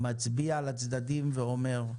מצביע לצדדים ואומר: